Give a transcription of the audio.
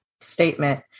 statement